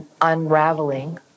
unraveling